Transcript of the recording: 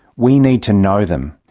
we need to know them,